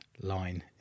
line